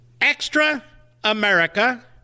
extra-America